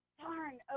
darn